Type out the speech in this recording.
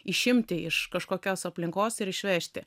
išimti iš kažkokios aplinkos ir išvežti